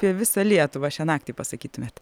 apie visą lietuvą šią naktį pasakytumėt